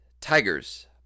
Tigers